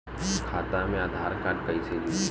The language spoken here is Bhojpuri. खाता मे आधार कार्ड कईसे जुड़ि?